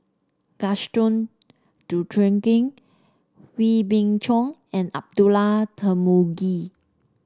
Gaston Dutronquoy Wee Beng Chong and Abdullah Tarmugi